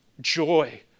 joy